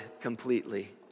completely